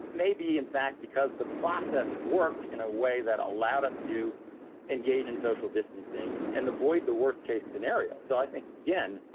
maybe in fact, because the process worked in a way that allowed us to engage in social distancing and avoid the worst case scenario. so i think again,